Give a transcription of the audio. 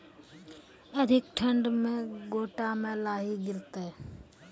अधिक ठंड मे गोटा मे लाही गिरते?